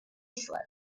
slopes